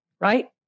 right